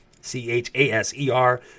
C-H-A-S-E-R